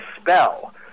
spell